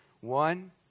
One